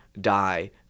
die